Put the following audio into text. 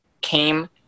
came